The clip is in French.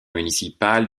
municipale